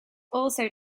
also